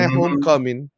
homecoming